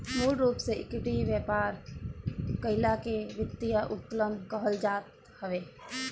मूल रूप से इक्विटी पर व्यापार कईला के वित्तीय उत्तोलन कहल जात हवे